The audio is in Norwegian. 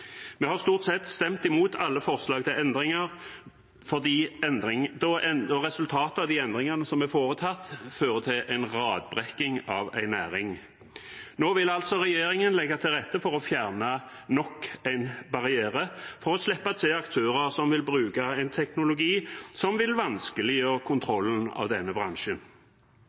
Vi har stort sett stemt imot alle forslag til endringer, og resultatet av de endringene som er foretatt, fører til en radbrekking av en næring. Nå vil altså regjeringen legge til rette for å fjerne nok en barriere for å slippe til aktører som vil bruke en teknologi som vil vanskeliggjøre kontrollen av denne bransjen.